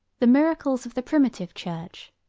the miracles of the primitive church,